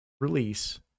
release